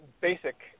basic